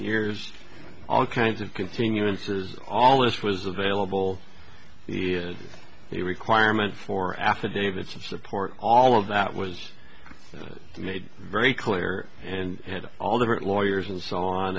years all kinds of continuances all this was available the requirement for affidavits of support all of that was made very clear and had all the lawyers and so on